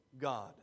God